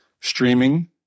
streaming